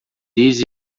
this